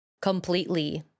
completely